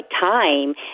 time